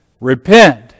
Repent